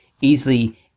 easily